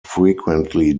frequently